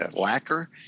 lacquer